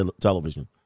television